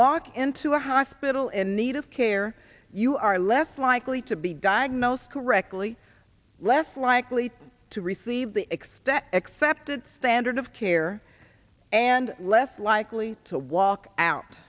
walk into a hospital in need of care you are less likely to be diagnosed correctly less likely to receive the extent accepted standard of care and less likely to walk out